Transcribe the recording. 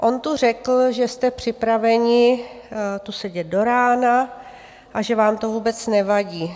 On tu řekl, že jste připraveni tu sedět do rána a že vám to vůbec nevadí.